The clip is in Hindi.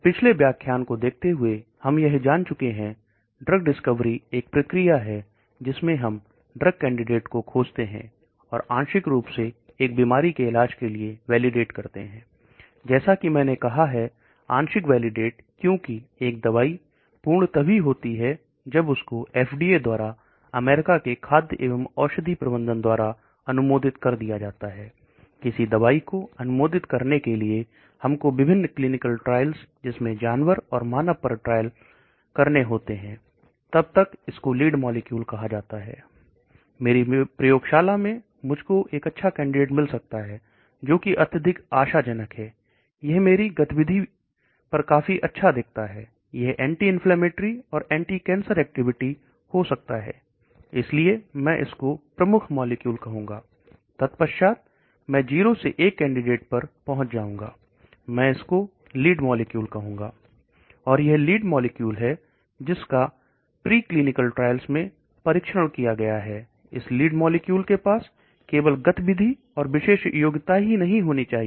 पिछले व्याख्यान को देखते हुए हम यह जान चुके हैं की ड्रग डिस्कवरी एक प्रक्रिया है जिसमें हम व्रत कैंडिडेट को खोजते हैं और आंशिक रूप से एक बीमारी के इलाज के लिए वैलिडेट करते हैं जैसा कि मैंने कहा है आंशिक वैलिडेट क्योंकि एक दवाई पूर्ण तभी होती है जब उसको एफडीए द्वारा अमेरिका के खाद्य एवं औषधि प्रबंधन द्वारा अनुमोदित कर दिया जाता है किसी दवाई को अनुमोदित कराने के लिए हमको विभिन्न क्लीनिकल जिसमें जानवर और मानव पर ट्रायल करने होते हैं अब तक इसको लीड मॉलिक्यूल कहा जाता है मेरी प्रयोगशाला में मुझको एक अच्छा कैंडिडेट मिल सकता है जोकि अत्यधिक आशा जनक है यह मेरी गतिविधि स्क्रीन पर काफी अच्छा दिखता है यह एंटी इन्फ्लेमेटरी और एंटीकैंसर एक्टिविटी हो सकता है इसलिए मैं इसको प्रमुख मॉलिक्यूल कहूंगा मैं जीरो से एक कैंडिडेट पर पहुंच जाऊंगा मैं इसको लीड मॉलिक्यूल कहूंगा और यह लीड मॉलिक्यूल है जिसका प्रीक्लिनिकल ट्रायल्स मैं परीक्षण किया गया है लीड मॉलिक्यूल के पास केवल गतिविधि ही नहीं बल्कि और विशेष योग्यताएं भी होनी चाहिए